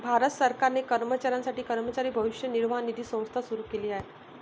भारत सरकारने कर्मचाऱ्यांसाठी कर्मचारी भविष्य निर्वाह निधी संस्था सुरू केली आहे